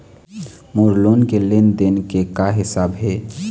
मोर loan के लेन देन के का हिसाब हे?